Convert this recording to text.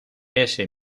ese